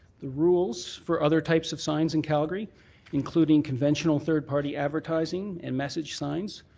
the rules for other types of signs in calgary including conventional third party advertising and message signs,